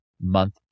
month